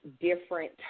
different